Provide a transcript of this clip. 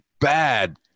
bad